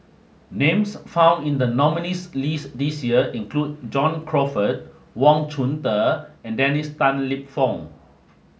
names found in the nominees list this year include John Crawfurd Wang Chunde and Dennis Tan Lip Fong